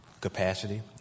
capacity